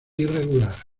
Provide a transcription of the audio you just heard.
irregular